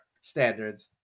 standards